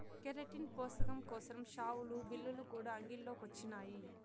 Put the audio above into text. keratin పోసకం కోసరం షావులు, బిల్లులు కూడా అంగిల్లో కొచ్చినాయి